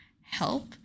help